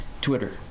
Twitter